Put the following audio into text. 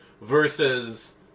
versus